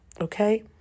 Okay